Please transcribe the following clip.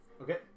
Okay